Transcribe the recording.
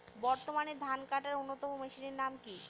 বর্তমানে ধান কাটার অন্যতম মেশিনের নাম কি?